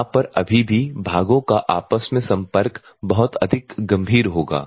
यहां पर अभी भी भागो का आपस में संपर्क बहुत अधिक गंभीर होगा